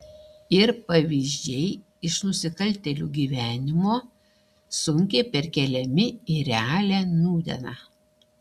ir pavyzdžiai iš nusikaltėlių gyvenimo sunkiai perkeliami į realią nūdieną